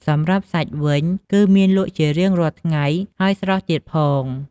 សម្រាបសាច់វិញគឺមានលក់ជារៀងរាល់ថ្ងៃហើយស្រស់ទៀតផង។